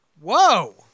Whoa